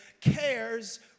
cares